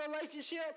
relationship